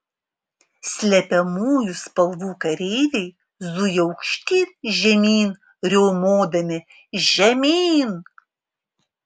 slepiamųjų spalvų kareiviai zuja aukštyn žemyn riaumodami žemyn